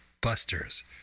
busters